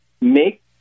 make